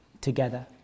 together